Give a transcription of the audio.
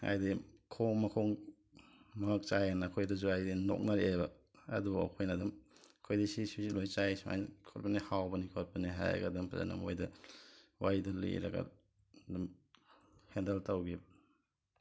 ꯍꯥꯏꯗꯤ ꯈꯣꯡ ꯃꯈꯣꯡ ꯃꯉꯛ ꯆꯥꯌꯦꯅ ꯑꯩꯈꯣꯏꯗꯁꯨ ꯍꯥꯏꯗꯤ ꯅꯣꯛꯅꯔꯛꯑꯦꯕ ꯑꯗꯨꯕꯨ ꯑꯩꯈꯣꯏꯅ ꯑꯗꯨꯝ ꯑꯩꯈꯣꯏꯗꯤ ꯁꯤ ꯁꯤꯁꯨ ꯂꯣꯏ ꯆꯥꯏ ꯁꯨꯃꯥꯏꯅ ꯈꯣꯠꯄꯅꯤ ꯍꯥꯎꯕꯅꯤ ꯈꯣꯠꯄꯅꯤ ꯍꯥꯏꯔꯒ ꯑꯗꯨꯝ ꯐꯖꯅ ꯃꯣꯏꯗ ꯋꯥꯔꯤꯗꯨ ꯂꯤꯔꯒ ꯑꯗꯨꯝ ꯍꯦꯟꯗꯜ ꯇꯧꯒꯤ